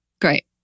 Great